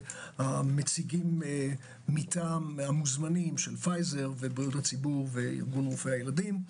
הנציגים מטעם המוזמנים של פייזר ובריאות הציבור וארגון רופאי והילדים,